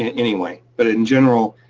and anyway, but in general,